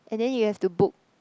and then you have to book